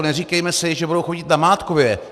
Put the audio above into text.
Neříkejme si, že budou chodit namátkově.